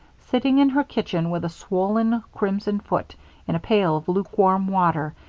sitting in her kitchen with a swollen, crimson foot in a pail of lukewarm water,